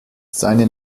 seine